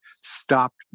Stopped